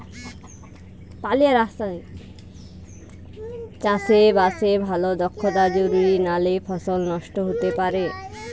চাষে বাসে ভালো দক্ষতা জরুরি নালে ফসল নষ্ট হতে পারে